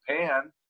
Japan